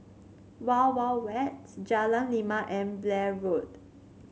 Wild Wild Wet Jalan Lima and Blair Road